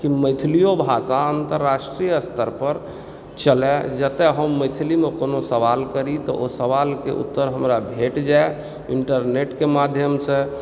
कि मैथलियो भाषा अन्तर्राष्ट्रीय स्तर पर चलय जतय हम मैथिली मे कोनो सवाल करि तऽ ओ सवाल के उत्तर हमरा भेट जाय इन्टरनेट के माध्यमसॅं